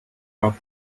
cup